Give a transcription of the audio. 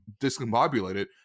discombobulated